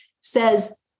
says